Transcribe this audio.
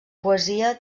poesia